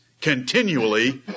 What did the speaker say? continually